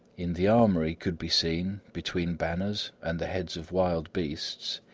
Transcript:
in the armoury could be seen, between banners and the heads of wild beasts,